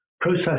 process